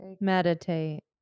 Meditate